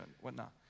whatnot